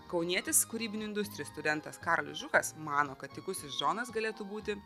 kaunietis kūrybinių industrijų studentas karolis žukas mano kad tykusis džonas galėtų būti